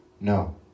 no